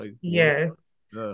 Yes